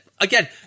Again